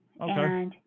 Okay